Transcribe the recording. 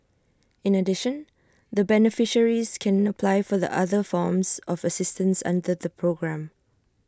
in addition the beneficiaries can apply for the other forms of assistance under the programme